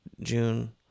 June